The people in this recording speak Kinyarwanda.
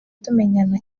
tumenyana